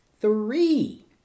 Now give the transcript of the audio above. three